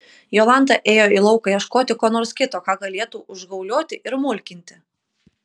jolanta ėjo į lauką ieškoti ko nors kito ką galėtų užgaulioti ir mulkinti